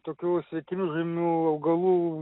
tokių svetimžemių augalų